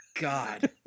God